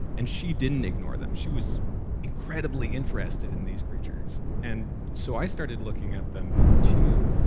and she didn't ignore them. she was incredibly interested in these creatures. and so i started looking at them, too,